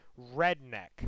Redneck